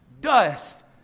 dust